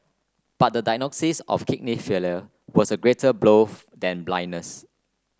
but the diagnosis of kidney failure was a greater blow than blindness